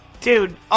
dude